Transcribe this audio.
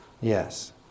Yes